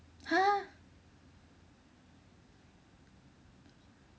!huh!